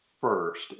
first